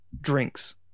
Drinks